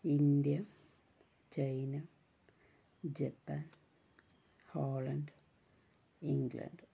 India China Japan Poland England